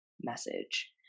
message